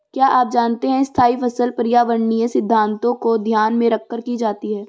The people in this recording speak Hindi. क्या आप जानते है स्थायी फसल पर्यावरणीय सिद्धान्तों को ध्यान में रखकर की जाती है?